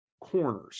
corners